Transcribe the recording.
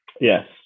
Yes